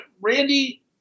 Randy